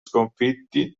sconfitti